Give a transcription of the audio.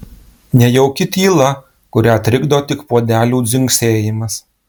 nejauki tyla kurią trikdo tik puodelių dzingsėjimas